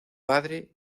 padre